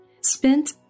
spent